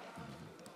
ההפגנות בבלפור מפריעות